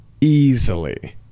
Easily